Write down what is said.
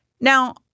Now